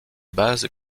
base